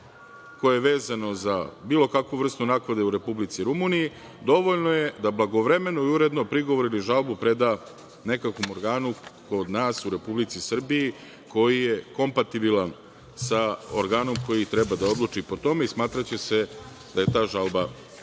koje je vezano za bilo kakvu vrstu naknade u Republici u Rumuniji, dovoljno je da blagovremeno i uredno prigovore ili žalbu preda nekakvom organu kod nas u Republici Srbiji, koji je kompatibilan sa organom koji treba da odluči po tome i smatraće se da je ta žalba